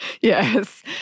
Yes